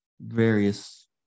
various